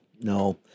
No